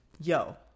yo